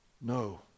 No